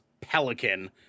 Pelican